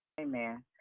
Amen